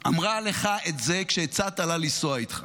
אמרה לך את זה כשהצעת לה לנסוע איתך.